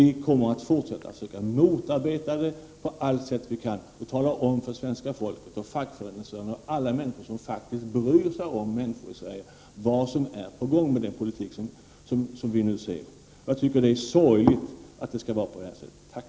Vi kommer från miljöpartiets sida att försöka motarbeta detta på allt sätt som vi kan och tala om för svenska folket och fackföreningsrörelsen, för alla som bryr sig om hur människor har det i Sverige, vad som är på gång med den politik som vi nu ser. Jag tycker att det är sorgligt att det skall vara på det sättet.